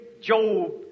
Job